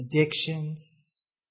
addictions